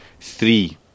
three